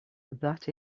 that